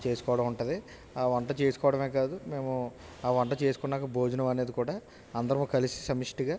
చేసుకోవడం ఉంటుంది ఆ వంట చేసుకోవడమే కాదు మేము ఆ వంట చేసుకున్నాక భోజనం అనేది కూడా అందరూ కలిసి సమిస్టిగా